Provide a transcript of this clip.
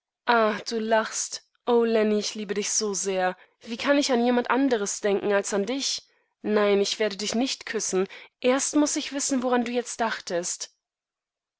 du lachst o lenny ich liebe dich so sehr wie kann ich an jemand anders denken als an dich nein ich werde dich nicht küssen erst muß ich wissen worandujetztdachtest an